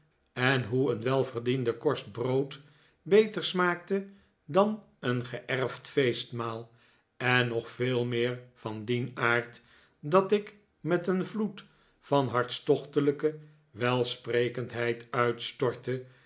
en hoe een welverdiende korst brood beter smaakte dan een geerfd feestmaal en nog veel meer van dien aard dat ik met een vloed van hartstochtelijke welsprekendheid uitstoftte